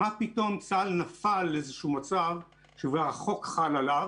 מה פתאום צה"ל נפל לאיזשהו מצב שהחוק חל עליו,